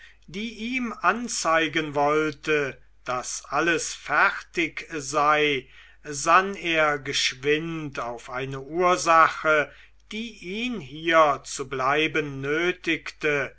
die ihm anzeigen wollte daß alles fertig sei sann er geschwind auf eine ursache die ihn hier zu bleiben nötigte